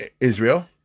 Israel